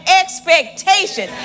expectation